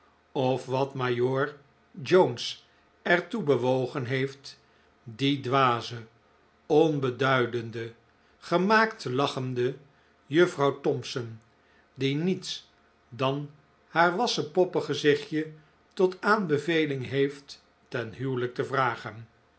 of wat majoor jones er toe bewogen heeft die dwaze onbeduidende gemaakt lachende juffrouw thompson die niets dan haar wassenpoppen gezichtje tot aanbeveling heeft ten huwelijk te vragen